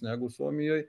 negu suomijoj